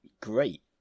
great